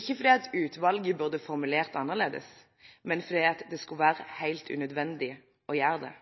Ikke fordi utvalget burde formulert det annerledes, men fordi det skulle være helt unødvendig å gjøre det.